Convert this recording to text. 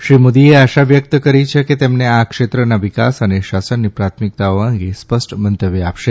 શ્રી મોદીએ આશા વ્યક્ત કરી છે કે તેમને આ ક્ષેત્રના વિકાસ અને શાસનની પ્રાથમિકતાઓ અંગે સ્પષ્ટ મંતવ્ય આપશે